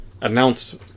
announce